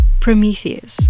Prometheus